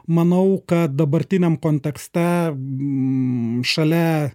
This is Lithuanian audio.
manau kad dabartiniam kontekste šalia